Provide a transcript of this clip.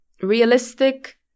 realistic